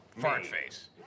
Fartface